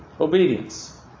obedience